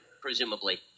presumably